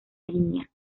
línea